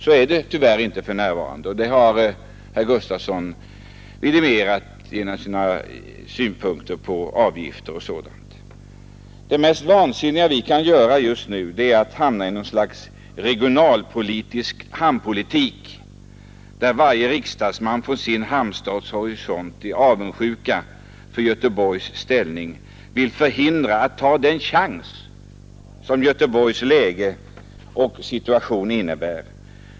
Så är det tyvärr inte för närvarande, och det har herr Gustafson vidimerat genom sina synpunkter på avgifter osv. Det mest vansinniga vi kan göra är att hamna i något slags regionalpolitisk hamnpolitik där varje riksdagsman från sin hamnstads horisont i avundsjuka mot Göteborgs ställning vill förhindra att man tar den chans som Göteborgs läge innebär.